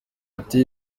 ati